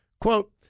Quote